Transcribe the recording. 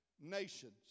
nations